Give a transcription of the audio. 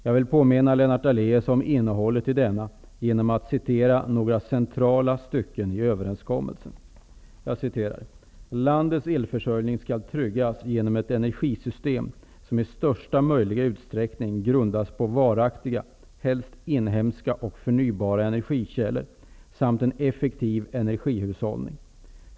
Jag vill påminna Lennart Daléus om innehållet i denna genom att citera några centrala stycken i överenskommelsen: ''Landets elförsörjning skall tryggas genom ett energisystem som i största möjliga utsträckning grundas på varaktiga, helst inhemska och förnybara, energikällor samt en effektiv energihushållning.